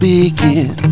begin